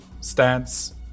stance